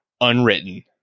Unwritten